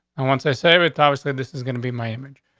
once i say with obviously, this is gonna be my image.